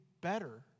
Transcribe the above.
better